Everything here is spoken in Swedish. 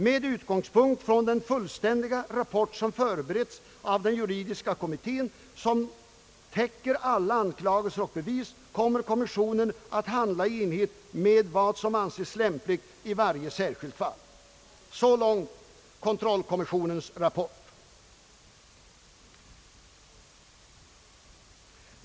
Med utgångspunkt från den fullständiga rapport, som förbereds av den juridiska kommittén och som täcker alla anklagelser och bevis, kommer kommissionen att handla i enlighet med vad som anses lämpligt i varje enskilt fall.» Så långt kontrollkommissionens rapport.